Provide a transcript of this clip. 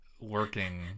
working